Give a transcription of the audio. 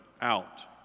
out